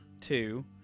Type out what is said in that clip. Two